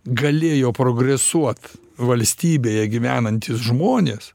galėjo progresuot valstybėje gyvenantys žmonės